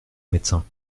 médecins